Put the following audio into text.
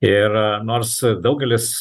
ir nors daugelis